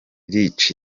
rick